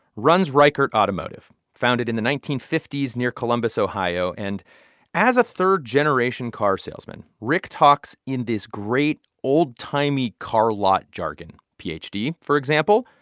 runs ricart automotive, founded in the nineteen fifty s near columbus ohio. and as a third-generation car salesman, rick talks in this great, old-timey car lot jargon ph. d, for example,